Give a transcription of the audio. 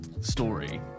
story